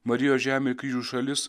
marijos žemė kryžių šalis